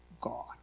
God